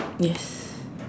yes